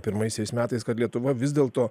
pirmaisiais metais kad lietuva vis dėlto